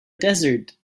desert